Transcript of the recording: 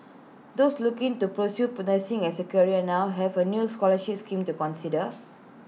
those looking to pursue put nursing as A career now have A new scholarship scheme to consider